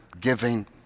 giving